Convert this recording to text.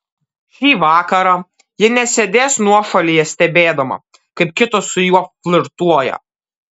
šį vakarą ji nesėdės nuošalyje stebėdama kaip kitos su juo flirtuoja